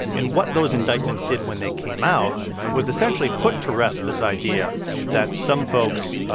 and what those indictments did when they came out was essentially put to rest this idea that some folks,